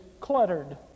cluttered